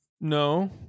no